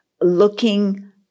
looking